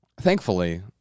thankfully